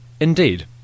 Indeed